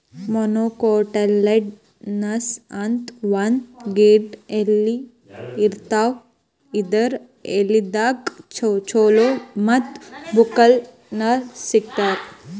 monocotyledonous ಅಂತ್ ಒಂದ್ ಗಿಡದ್ ಎಲಿ ಇರ್ತಾವ ಇದರ್ ಎಲಿದಾಗ್ ಚಲೋ ಮತ್ತ್ ಬಕ್ಕುಲ್ ನಾರ್ ಸಿಗ್ತದ್